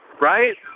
right